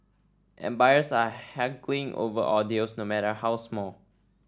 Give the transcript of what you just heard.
and buyers are haggling over all deals no matter how small